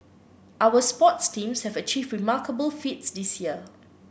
our sports teams have achieved remarkable feats this year